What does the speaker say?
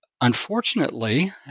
Unfortunately